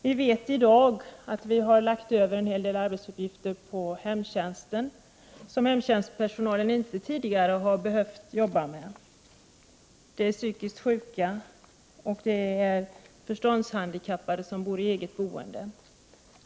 Vi vet att hemtjänstpersonalen har fått ta över uppgifter som den tidigare inte behövt jobba med — t.ex. vård av psykiskt sjuka och förståndshandikappade med eget boende.